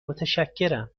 متشکرم